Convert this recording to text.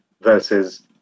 versus